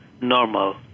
normal